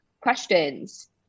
questions